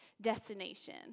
destination